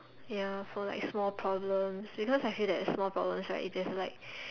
ya so like small problems because I feel like small problems right if there's like